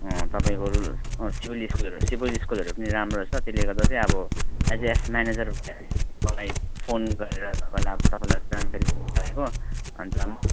अँ तपाईँको सिबिल स्कोरहरू सिबिल स्कोलहरू पनि राम्रो रहेछ त्यसले गर्दा चाहिँ अब ए एक्स म्यानेजर मलाई फोन गरेर तपाईँलाई अब तपाईँलाई जानकारी दिनु चाहेको अनि त